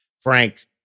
Frank